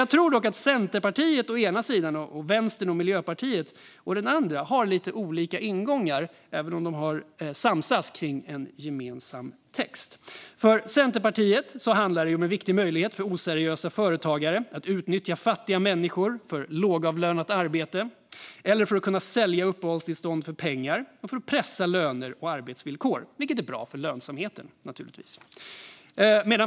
Jag tror dock att Centerpartiet å ena sidan och Vänstern och Miljöpartiet å andra sidan har lite olika ingångar, även om de samsas i en gemensam text. För Centerpartiet handlar det om en viktig möjlighet för oseriösa företagare att utnyttja fattiga människor i lågavlönat arbete, att kunna sälja uppehållstillstånd för pengar och att pressa löner och arbetsvillkor, vilket givetvis är bra för lönsamheten.